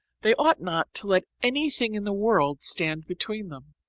they ought not to let anything in the world stand between them.